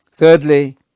Thirdly